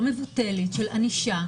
החוצה אל מול המציאות של חיינו היום.